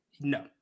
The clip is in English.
no